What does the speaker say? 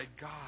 God